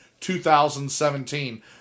2017